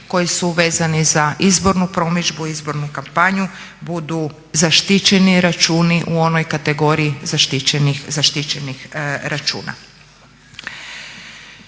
koji su vezani za izbornu promidžbu, izbornu kampanju budu zaštićeni računi u onoj kategoriji zaštićenih računa.